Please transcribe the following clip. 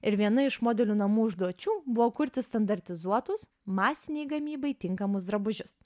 ir viena iš modelių namų užduočių buvo kurti standartizuotus masinei gamybai tinkamus drabužius